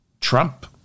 Trump